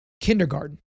kindergarten